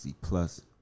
plus